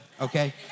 okay